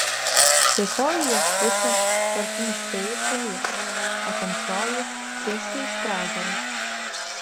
šviesioji jos pusė tartum iš fėjų šalies o tamsioji tiesiai iš pragaro